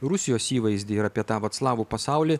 rusijos įvaizdį ir apie tą vat slavų pasaulį